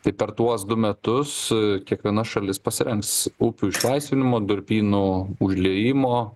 tai per tuos du metus kiekviena šalis upių išlaisvinimo durpyno užliejimo